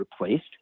replaced